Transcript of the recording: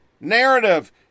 Narrative